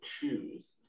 choose